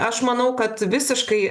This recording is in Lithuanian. aš manau kad visiškai